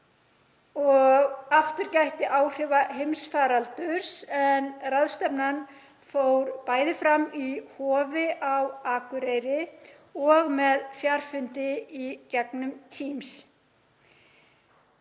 aftur gætti áhrifa heimsfaraldurs en ráðstefnan fór bæði fram í Hofi á Akureyri og með fjarfundi í gegnum Teams,